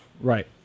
Right